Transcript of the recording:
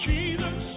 Jesus